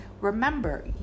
remember